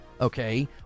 okay